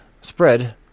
spread